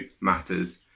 Matters